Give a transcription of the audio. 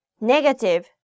Negative